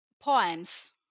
poems